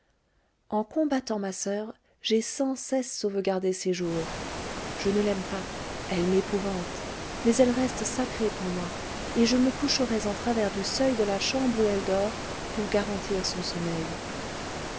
en combattant ma soeur j'ai sans cesse sauvegardé ses jours je ne l'aime pas elle m'épouvante mais elle reste sacrée pour moi et je me coucherais en travers du seuil de la chambre où elle dort pour garantir son sommeil